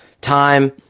time